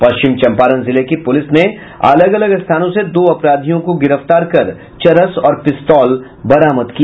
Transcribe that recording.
पश्चिम चम्पारण जिले की पुलिस ने अलग अलग स्थानों से दो अपराधियों को गिरफ्तार कर चरस और पिस्तौल बरामद किया